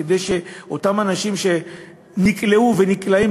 כדי שאותם אנשים שנקלעו ונקלעים,